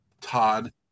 Todd